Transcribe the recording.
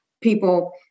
people